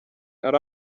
ari